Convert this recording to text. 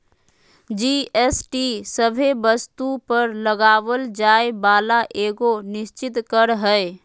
GST सभे वस्तु पर लगावल जाय वाला एगो निश्चित कर हय